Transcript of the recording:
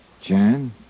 Jan